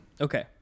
Okay